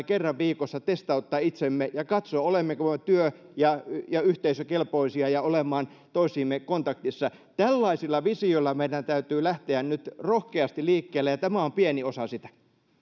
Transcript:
kerran viikossa testauttaa itsemme ja katsoa olemmeko me työ ja ja yhteisökelpoisia olemaan toisiimme kontaktissa tällaisilla visioilla meidän täytyy lähteä nyt rohkeasti liikkeelle ja tämä on pieni osa sitä